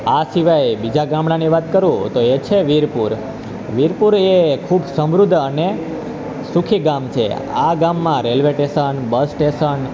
આ સિવાય બીજા ગામડાની વાત કરું તો એ છે વિરપુર વિરપુર એ ખૂબ સમૃદ્ધ અને સુખી ગામ છે આ ગામમાં રેલવે ટેશન બસ ટેશન